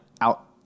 out